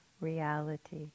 reality